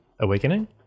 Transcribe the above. awakening